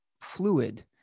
fluid